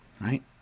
right